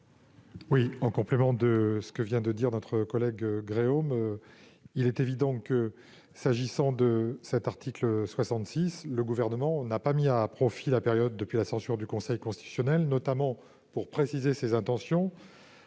429. En complément de ce que vient de dire notre collègue Michelle Gréaume, il est évident que, s'agissant de cet article 66, le Gouvernement n'a pas mis à profit la période qui a suivi la censure du Conseil constitutionnel pour préciser ses intentions,